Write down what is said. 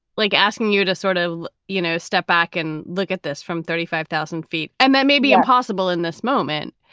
like asking you to sort of, you know, step back and look at this from thirty five thousand feet and that may be impossible in this moment?